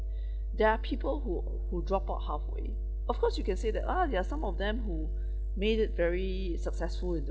there are people who who drop out halfway of course you can say that ah there are some of them who made it very successful in the